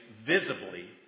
visibly